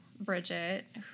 Bridget